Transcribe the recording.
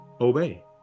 obey